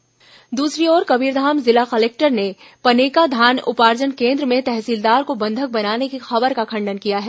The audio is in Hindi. तहसीलदार बंधक खंडन दूसरी ओर कबीरधाम जिला कलेक्टर ने पनेका धान उपार्जन केन्द्र में तहसीलदार को बंधक बनाने की खबर का खंडन किया है